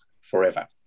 forever